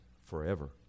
forever